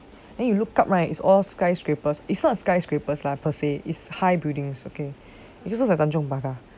then you looked up right is all skyscrapers is not skyscrapers lah per se is high buildings okay it looks like tanjong pagar